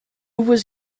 was